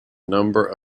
number